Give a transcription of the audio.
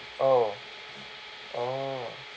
oh oh